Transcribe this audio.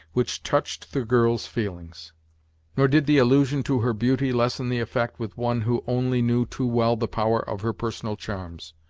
which touched the girl's feelings nor did the allusion to her beauty lessen the effect with one who only knew too well the power of her personal charms.